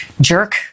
jerk